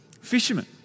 fishermen